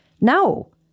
No